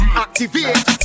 activate